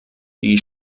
die